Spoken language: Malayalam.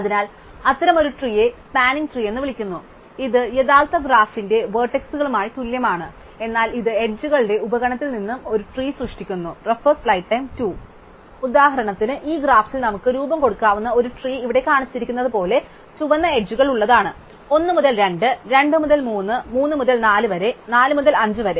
അതിനാൽ അത്തരമൊരു ട്രീ യെ സ്പാനിംഗ് ട്രീ എന്ന് വിളിക്കുന്നു ഇത് യഥാർത്ഥ ഗ്രാഫിന്റെ വെർട്ടീസുകളുമായി തുല്യമാണ് എന്നാൽ ഇത് അരികുകളുടെ ഉപ ഗണത്തിൽ നിന്ന് ഒരു ട്രീ സൃഷ്ടിക്കുന്നു ഗ്രാഫിൽ നമുക്ക് രൂപം കൊടുക്കാവുന്ന ഒരു ട്രീ ഇവിടെ കാണിച്ചിരിക്കുന്ന പോലെ ചുവന്ന അരികുകൾ ഉള്ളതാണ് 1 മുതൽ 2 2 മുതൽ 3 3 മുതൽ 4 വരെ 4 മുതൽ 5 വരെ